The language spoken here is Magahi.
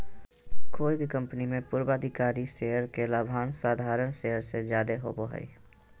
कोय भी कंपनी मे पूर्वाधिकारी शेयर के लाभांश साधारण शेयर से जादे होवो हय